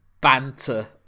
banter